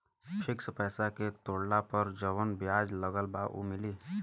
Fix पैसा के तोड़ला पर जवन ब्याज लगल बा उ मिली?